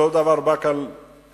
אותו הדבר באקה-אל-ע'רביה.